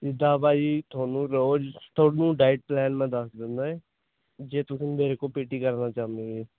ਜਿੱਦਾਂ ਭਾਜੀ ਤੁਹਾਨੂੰ ਰੋਜ਼ ਤੁਹਾਨੂੰ ਡਾਇਟ ਪਲੈਨ ਮੈਂ ਦੱਸ ਦਿੰਨਾ ਹੈ ਜੇ ਤੁਸੀਂ ਮੇਰੇ ਕੋਲ ਪੀ ਟੀ ਕਰਨਾ ਚਾਹੁੰਦੇ ਜੀ